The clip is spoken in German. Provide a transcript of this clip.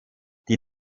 die